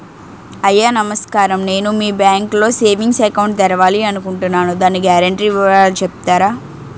అయ్యా నమస్కారం నేను మీ బ్యాంక్ లో సేవింగ్స్ అకౌంట్ తెరవాలి అనుకుంటున్నాను దాని గ్యారంటీ వివరాలు చెప్తారా?